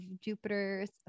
Jupiter's